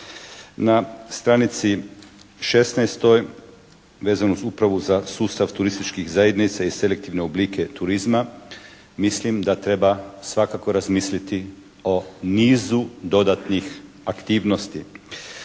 Na stranici 16. vezano upravo za sustav turističkih zajednica i selektivne oblike turizma mislim da treba svakako razmisliti o nizu dodatnih aktivnosti.